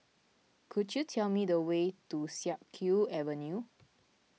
could you tell me the way to Siak Kew Avenue